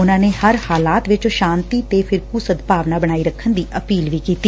ਉਨੂਾ ਨੇ ਹਰ ਹਾਲਾਤ ਵਿਚ ਸ਼ਾਂਤੀ ਤੇ ਫ਼ਿਰਕੁ ਸਦਭਾਵਨਾ ਬਣਾਈ ਰੱਖਣ ਦੀ ਅਪੀਲ ਵੀ ਕੀਤੀ